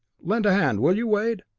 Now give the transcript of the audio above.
lend a hand will you, wade.